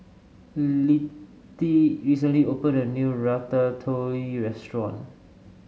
Littie recently opened a new Ratatouille restaurant